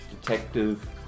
detective